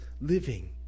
living